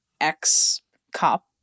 ex-cop